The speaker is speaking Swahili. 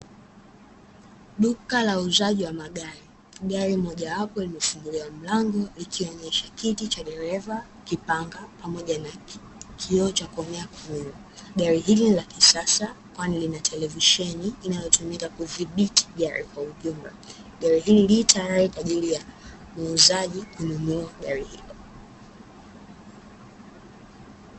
Duka la uuzaji wa magari. Gari mojawapo limefunguliwa mlango likionyesha kiti cha dereva, kipanga pamoja na kioo cha kuonea kwa nyuma. Gari hili la kisasa kwani lina televisheni inayotumika kudhibiti gari kwa ujumla. Gari hili li tayari kwa ajili ya muuzaji kununua gari hilo.